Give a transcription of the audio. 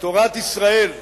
תורת ישראל מרבה,